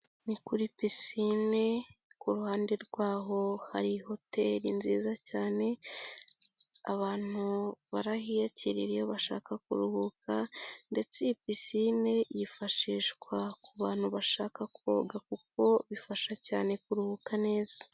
Ni kuri pisine ku ruhande rwaho hari hoteli nziza cyane, abantu barahiyakirira iyo bashaka kuruhuka ndetse iyi pisine yifashishwa kubantu bashaka koga kuko ifasha cyane kuruhuka neza.